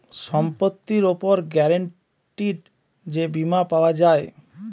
সম্পত্তির উপর গ্যারান্টিড যে বীমা পাওয়া যায়